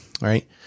Right